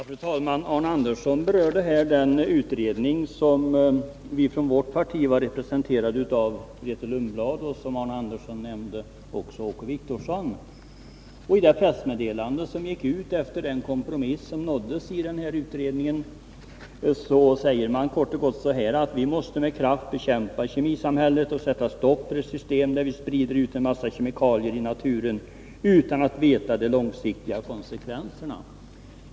Fru talman! Arne Andersson i Ljung berörde den utredning där vi från vårt parti var representerade av Grethe Lundblad och Åke Wictorsson, som Arne Andersson nämnde. I det pressmeddelande som gick ut efter den kompromiss som nåddes i utredningen sägs kort och gott att vi måste med kraft bekämpa kemikaliesamhället och sätta stopp för ett system där man sprider ut en massa kemikalier i naturen utan att känna till de långsiktiga konsekvenserna.